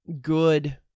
good